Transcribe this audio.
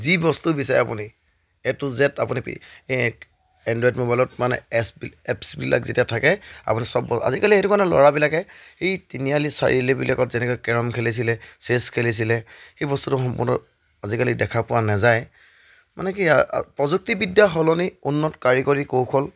যি বস্তু বিচাৰে আপুনি এ টু জেট আপুনি এণ্ড্ৰইড মোবাইলত মানে এপছ এপছবিলাক যেতিয়া থাকে আপুনি চব আজিকালি সেইটো কাৰণে ল'ৰাবিলাকে সেই তিনিআলি চাৰিআলিবিলাকত যেনেকৈ কেৰম খেলিছিলে চেছ খেলিছিলে সেই বস্তুটো সম্পূৰ্ণ আজিকালি দেখা পোৱা নাযায় মানে কি প্ৰযুক্তিবিদ্যা সলনি উন্নত কাৰিকৰী কৌশল